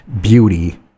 Beauty